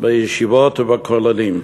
בישיבות ובכוללים.